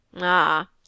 Ah